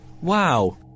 Wow